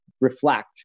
reflect